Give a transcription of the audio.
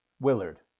Willard